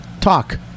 Talk